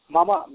Mama